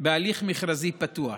בהליך מכרזי פתוח.